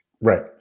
Right